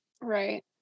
Right